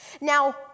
Now